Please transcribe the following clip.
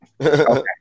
Okay